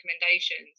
recommendations